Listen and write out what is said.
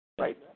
Right